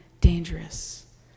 dangerous